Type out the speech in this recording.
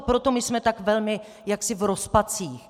Proto jsme tak velmi jaksi v rozpacích.